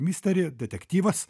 mysteri detektyvas